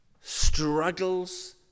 struggles